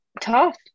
tough